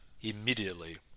immediately